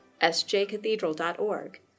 sjcathedral.org